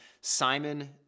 Simon